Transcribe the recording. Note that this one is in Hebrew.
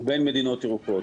ובין מדינות אירופאיות.